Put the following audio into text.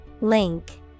Link